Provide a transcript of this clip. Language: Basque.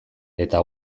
eta